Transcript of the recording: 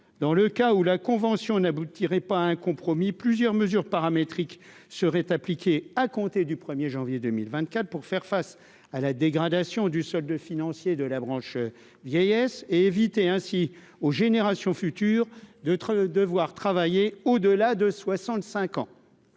dans le cas où la convention n'aboutirait pas à un compromis, plusieurs mesures paramétrique serait appliqué à compter du 1er janvier 2024 pour faire face à la dégradation du solde financier de la branche vieillesse et éviter ainsi aux générations futures d'autres devoir travailler au-delà de 65 ans,